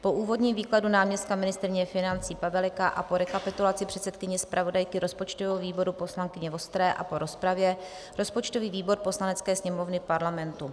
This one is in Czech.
Po úvodním výkladu náměstka ministryně financí Paveleka a po rekapitulaci předsedkyně zpravodajky rozpočtového výboru poslankyně Vostré a po rozpravě, rozpočtový výbor Poslanecké sněmovny Parlamentu